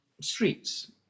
streets